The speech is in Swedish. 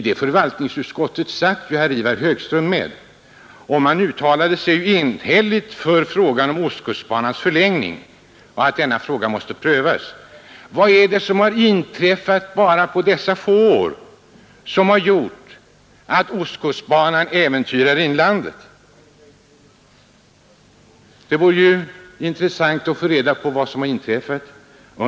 Herr Ivar Högström satt med i detta utskott. Man uttalade sig enhälligt för ostkustbanans förlängning och att frågan därom måste prövas. Vad är det då som inträffat under dessa få år som gjort att ostkustbanan äventyrar inlandet? Det vore intressant att få reda på vad som inträffat.